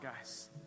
guys